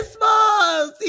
Christmas